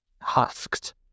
husked